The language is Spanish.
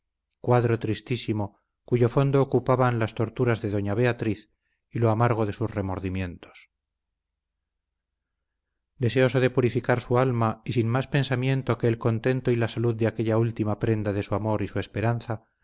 cuadro tristísimo cuyo fondo ocupaban las torturas de doña beatriz y lo amargo de sus remordimientos deseoso de purificar su alma y sin más pensamiento que el contento y la salud de aquella última prenda de su amor y su esperanza